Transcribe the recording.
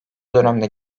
dönemde